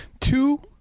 two